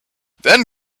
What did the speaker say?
then